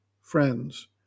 friends